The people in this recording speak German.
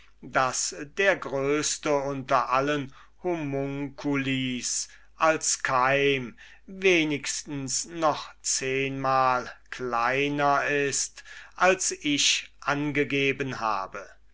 daß der größte unter allen homunculis als ein keim wenigstens noch zehnmal kleiner ist als ich angegeben habe